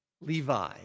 Levi